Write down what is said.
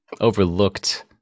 overlooked